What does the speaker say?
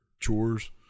chores